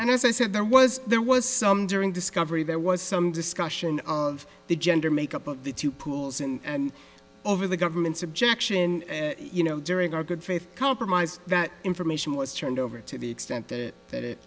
and as i said there was there was some during discovery there was some discussion of the gender makeup of the two pools and over the government's objection you know during our good faith compromise that information was turned over to the extent that that it